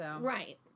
Right